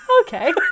Okay